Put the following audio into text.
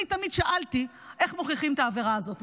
אני תמיד שאלתי איך מוכיחים את העבירה הזאת.